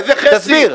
איזה חצי?